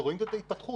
ורואים שם את ההתפתחות.